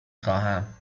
خواهم